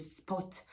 spot